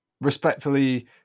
respectfully